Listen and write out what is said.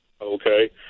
Okay